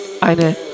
eine